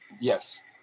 Yes